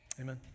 Amen